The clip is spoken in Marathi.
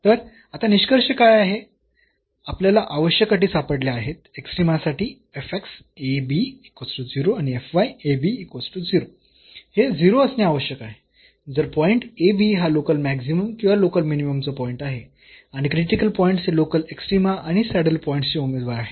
तर आता निष्कर्ष काय आहे आपल्याला आवश्यक अटी सापडल्या आहेत एक्स्ट्रीमा साठी आणि हे 0 असणे आवश्यक आहे जर पॉईंट a b हा लोकल मॅक्सिमम किंवा लोकल मिनिमम चा पॉईंट आहे आणि क्रिटिकल पॉईंट्स हे लोकल एक्स्ट्रीमा आणि सॅडल पॉईंट्सचे उमेदवार आहेत